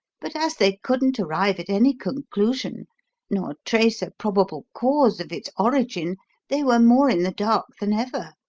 but as they couldn't arrive at any conclusion nor trace a probable cause of its origin they were more in the dark than ever.